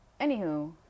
anywho